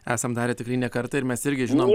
esam darę tikrai ne kartą ir mes irgi žinom